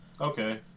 Okay